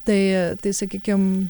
tai tai sakykim